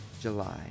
July